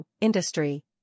industry